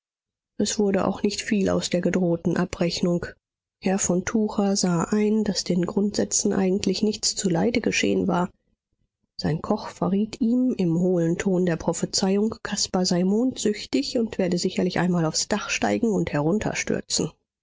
es wurde auch nicht viel aus der gedrohten abrechnung herr von tucher sah ein daß den grundsätzen eigentlich nichts zuleide geschehen war sein koch verriet ihm im hohlen ton der prophezeiung caspar sei mondsüchtig und werde sicherlich einmal aufs dach steigen und